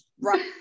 right